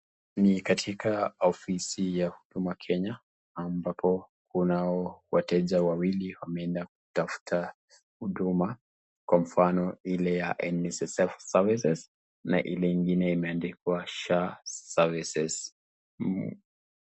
Ni katika ofisi ya Huduma Kenya ambapo kunao wateja wawili ambao wameenda kutafuta huduma kwa mfano ile ya NSSF Services na ile ingine imeandikwa SHA services .